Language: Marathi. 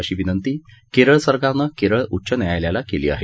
अशी विनंती केरळ सरकारनं केरळ उच्च न्यायालयाला केली आहे